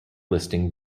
listing